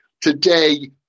today